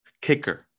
kicker